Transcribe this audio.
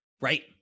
Right